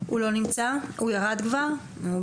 הוא ירד מה-זום.